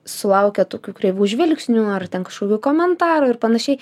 sulaukia tokių kreivų žvilgsnių ar ten kažkokių komentarų ir panašiai